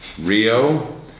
Rio